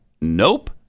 Nope